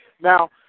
Now